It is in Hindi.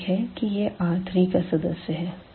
स्वभाविक है की है यह R3 का सदस्य है